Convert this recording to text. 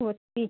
সত্যি